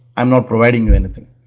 um not provide and anything.